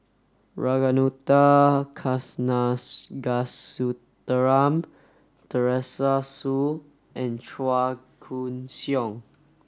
Ragunathar Kanagasuntheram Teresa Hsu and Chua Koon Siong